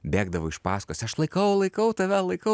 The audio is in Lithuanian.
bėgdavo iš pasakos aš laikau laikau tave laikau